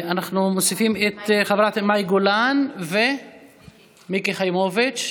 אנחנו מוסיפים את מאי גולן ומיקי חיימוביץ'